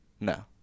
No